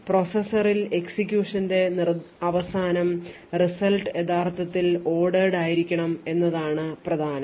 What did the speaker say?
പ്രോസസ്സറിൽ എക്സിക്യൂഷന്റെ അവസാനം results യഥാർത്ഥത്തിൽ ordered ആയിരിക്കണം എന്നതാണ് പ്രധാനം